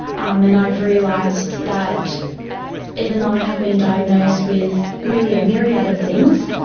um and i've realised that even though i have been diagnosed with really a myriad of things,